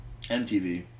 MTV